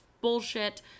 bullshit